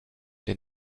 der